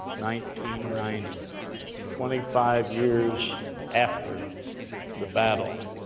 ninety ninety twenty five years after the battle,